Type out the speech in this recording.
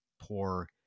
poor